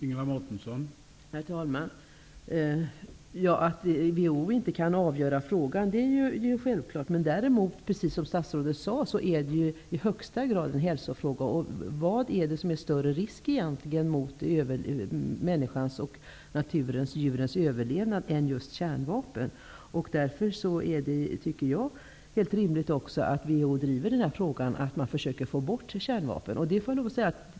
Herr talman! Att WHO inte kan avgöra frågan är självklart. Men däremot är det, precis som statsrådet sade, i högsta grad en hälsofråga. Vad är det som är ett större hot egentligen mot människans och naturens överlevnad än just kärnvapen. Därför tycker jag att det är helt rimligt att vi också driver den här frågan, så att vi försöker att få bort kärnvapen.